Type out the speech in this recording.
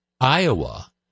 Iowa